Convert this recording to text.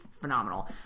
phenomenal